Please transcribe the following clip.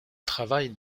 travail